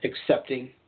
accepting